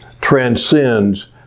transcends